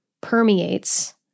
permeates